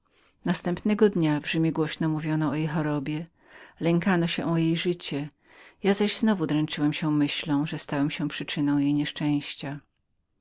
jakoż w rzymie głośno mówiono o jej chorobie lękano się nawet o jej życie ja zaś znowu dręczyłem się myślą że stałem się niewinną przyczyną jej nieszczęścia